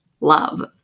love